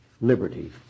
liberty